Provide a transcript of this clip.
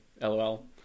lol